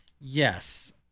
Yes